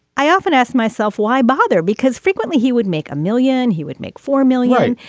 i often ask myself, why bother? because frequently he would make a million. he would make four million.